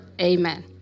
Amen